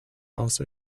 also